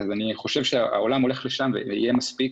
אני חושב שהעולם הולך לשם וזה יהיה מספיק.